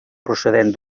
procedent